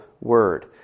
word